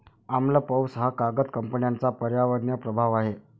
आम्ल पाऊस हा कागद कंपन्यांचा पर्यावरणीय प्रभाव आहे